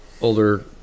older